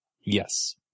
Yes